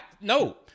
No